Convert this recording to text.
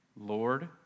Lord